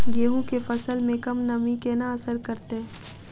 गेंहूँ केँ फसल मे कम नमी केना असर करतै?